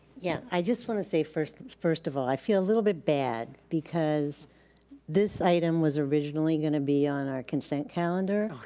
yeah, i just wanna say first first of all, i feel a little bit bad because this item was originally gonna be on our consent calendar. oh